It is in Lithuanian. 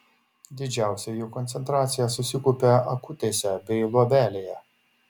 didžiausia jų koncentracija susikaupia akutėse bei luobelėje